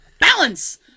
Balance